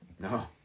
No